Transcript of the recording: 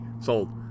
sold